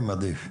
עדיף.